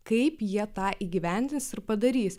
kaip jie tą įgyvendins ir padarys